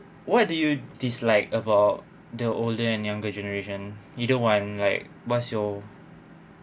what do you dislike about the older and younger generation either one like what's your